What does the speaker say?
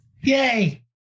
Yay